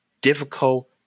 difficult